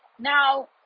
Now